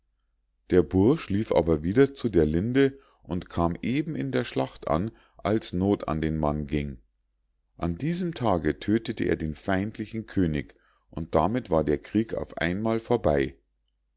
der bursch lief aber wieder zu der linde und kam eben in der schlacht an als noth an den mann ging an diesem tage tödtete er den feindlichen könig und damit war der krieg auf einmal vorbei